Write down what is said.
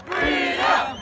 Freedom